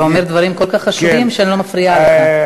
אתה אומר דברים כל כך חשובים שאני לא מפריעה לך.